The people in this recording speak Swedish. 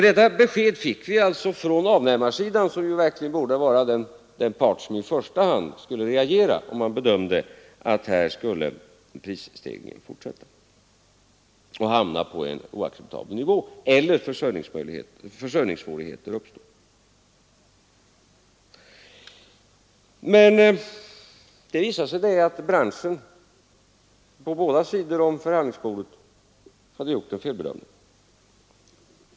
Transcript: Detta besked fick vi alltså från avnämarsidan, som verkligen borde vara den part som i första hand skulle reagera om man bedömde det så att prisstegringen skulle fortsätta och leda till en oacceptabel prisnivå eller om försörjningssvårigheter skulle uppstå. Men det visade sig att man inom branschen, på båda sidor om förhandlingsbordet, hade gjort en felbedömning.